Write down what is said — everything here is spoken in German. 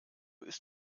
ist